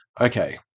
Okay